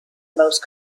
most